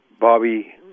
Bobby